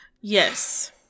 Yes